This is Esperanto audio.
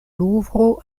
luvro